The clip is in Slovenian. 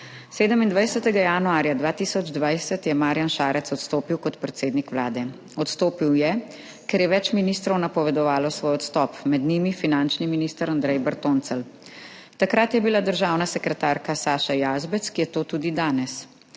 27. januarja 2020 je Marjan Šarec odstopil kot predsednik Vlade. Odstopil je, ker je več ministrov napovedovalo svoj odstop, med njimi finančni minister Andrej Bertoncelj. Takrat je bila državna sekretarka Saša Jazbec, ki je tudi danes.